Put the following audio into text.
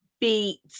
beat